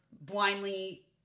blindly